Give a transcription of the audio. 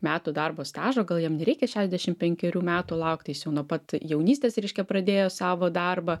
metų darbo stažo gal jam nereikia šešiasdešimt penkerių metų laukti jis jau nuo pat jaunystės reiškia pradėjo savo darbą